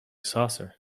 saucer